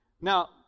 Now